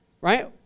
right